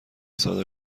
صادر